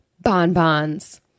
bonbons